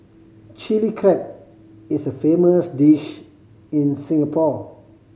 Chilli Crab is a famous dish in Singapore